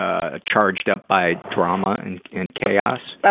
ah, charged up by drama and and chaos? but